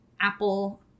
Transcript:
Apple